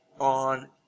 on